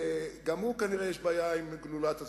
גם הוא, כנראה יש בעיה עם גלולת הזיכרון,